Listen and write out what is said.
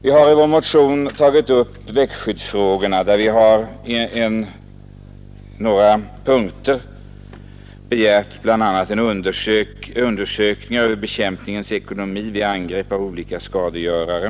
Vi har i vår motion tagit upp växtskyddsfrågorna och i några punkter begärt bl.a. en undersökning över bekämpningens ekonomi vid angrepp av olika skadegörare.